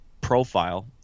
profile-